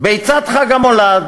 ביצת חג המולד.